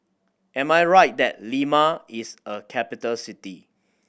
am I right that Lima is a capital city